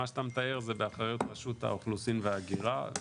מה שאתה מתאר זה באחריות רשות האוכלוסין וההגירה,